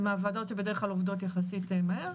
זה מהוועדות שבדרך כלל עובדות יחסית מהר,